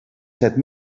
set